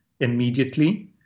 immediately